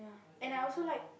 and I also like